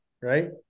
right